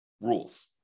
rules